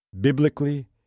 Biblically